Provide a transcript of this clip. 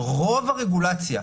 רוב הרגולציה,